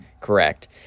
correct